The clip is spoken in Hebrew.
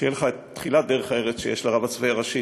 כשתהיה לך תחילת דרך הארץ שיש לרב הצבאי הראשי,